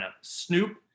Snoop